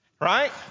Right